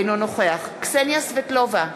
אינו נוכח קסניה סבטלובה,